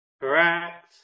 Correct